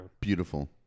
beautiful